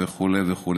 וכו' וכו'.